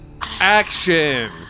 Action